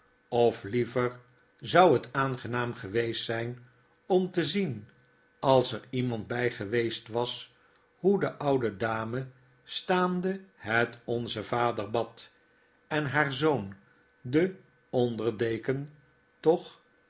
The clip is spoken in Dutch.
zien ofliever zou het aangenaam geweest zfln om te zien als er iemand bfl geweest was hoe de oude dame staande het onze vader bad en haar zoon de onder deken toch